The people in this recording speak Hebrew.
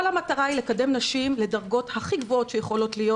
כל המטרה היא לקדם נשים לדרגות הכי גבוהות שיכולות להיות.